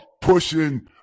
pushing